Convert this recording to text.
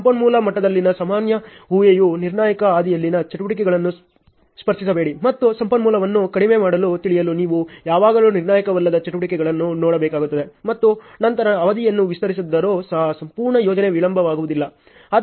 ಸಂಪನ್ಮೂಲ ಮಟ್ಟದಲ್ಲಿನ ಸಾಮಾನ್ಯ ಹೂಹೆಯು ನಿರ್ಣಾಯಕ ಹಾದಿಯಲ್ಲಿನ ಚಟುವಟಿಕೆಗಳನ್ನು ಸ್ಪರ್ಶಿಸಬೇಡಿ ಮತ್ತು ಸಂಪನ್ಮೂಲವನ್ನು ಕಡಿಮೆ ಮಾಡಲು ತಿಳಿಯಲು ನೀವು ಯಾವಾಗಲೂ ನಿರ್ಣಾಯಕವಲ್ಲದ ಚಟುವಟಿಕೆಗಳನ್ನು ನೋಡಬೇಕಾಗುತ್ತದೆ ಮತ್ತು ನಂತರ ಅವಧಿಯನ್ನು ವಿಸ್ತರಿಸಿದ್ದರೂ ಸಹ ಸಂಪೂರ್ಣ ಯೋಜನೆ ವಿಳಂಬವಾಗುವುದಿಲ್ಲ